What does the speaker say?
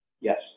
yes